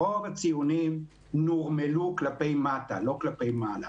רוב הציונים נורמלו כלפי מטה, לא כלפי מעלה.